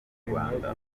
rwanda